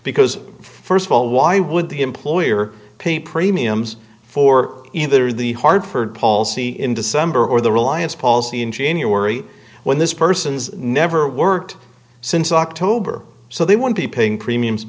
because st of all why would the employer pay premiums for either the hartford palsy in december or the reliance policy in january when this person's never worked since october so they won't be paying premiums